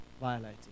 violated